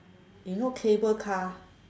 you know cable car